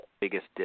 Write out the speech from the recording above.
biggest